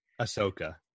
Ahsoka